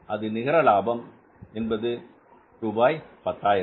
அது நிகர லாபம் என்பது ரூபாய் 10000